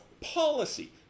policy